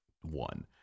one